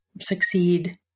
succeed